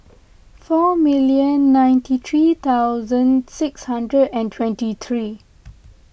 four million ninety three thousand six hundred and twenty three